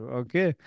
okay